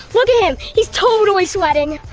look at him? he's totally sweating!